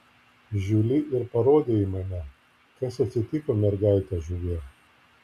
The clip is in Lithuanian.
žiuli ir parodė į mane kas atsitiko mergaite žuvie